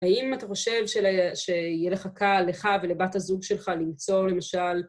האם אתה חושב שיהיה לך קל לך ולבת הזוג שלך למצוא למשל...